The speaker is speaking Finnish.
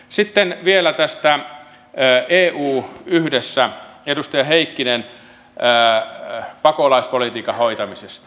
sitten vielä edustaja heikkinen tästä pakolaispolitiikan hoitamisesta eussa yhdessä